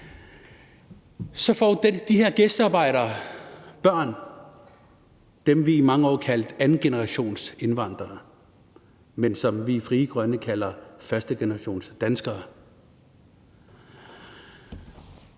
Så får de her gæstearbejdere børn – dem, vi i mange år kaldte andengenerationsindvandrere, men som vi i Frie Grønne kalder førstegenerationsdanskere.